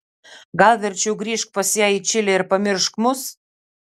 gal verčiau grįžk pas ją į čilę ir pamiršk mus